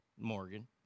Morgan